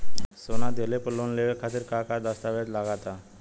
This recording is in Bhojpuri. सोना दिहले पर लोन लेवे खातिर का का दस्तावेज लागा ता?